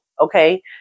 okay